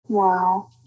Wow